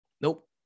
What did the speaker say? Nope